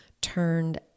turned